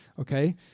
okay